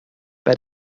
bei